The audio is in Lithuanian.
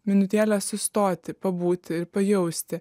minutėlę sustoti pabūti ir pajausti